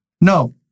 No